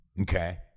okay